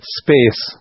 space